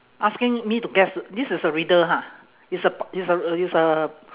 asking me to guess this is a riddle ha is a is a is a